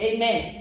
Amen